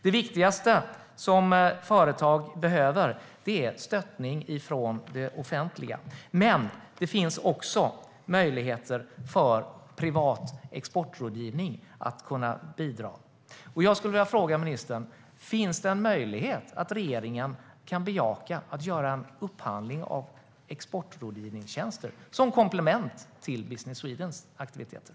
Det viktigaste som företag behöver är stöttning från det offentliga, men det finns också möjligheter för privat exportrådgivning att bidra. Jag skulle vilja fråga ministern: Finns det en möjlighet att regeringen bejakar en upphandling av exportrådgivningstjänster som komplement till Business Swedens aktiviteter?